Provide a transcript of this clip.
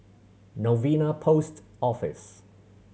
Novena Post Office